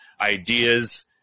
ideas